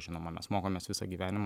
žinoma mes mokomės visą gyvenimą